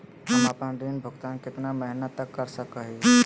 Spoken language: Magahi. हम आपन ऋण भुगतान कितना महीना तक कर सक ही?